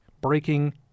breaking